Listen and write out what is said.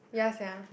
ya sia